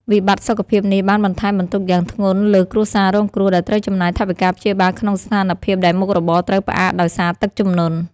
វិបត្តិសុខភាពនេះបានបន្ថែមបន្ទុកយ៉ាងធ្ងន់លើគ្រួសាររងគ្រោះ ដែលត្រូវចំណាយថវិកាព្យាបាលក្នុងស្ថានភាពដែលមុខរបរត្រូវផ្អាកដោយសារទឹកជំនន់។